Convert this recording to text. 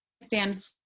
stand